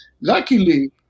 Luckily